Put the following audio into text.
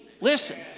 Listen